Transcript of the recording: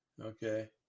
okay